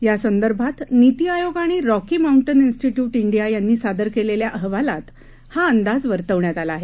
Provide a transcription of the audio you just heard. या संदर्भात निती आयोग आणि रॉकी मांउन्टेन इन्स्टीट्युट इंडिया यांनी सादर केलेल्या अहवालात हा अंदाज वर्तवण्यात आला आहे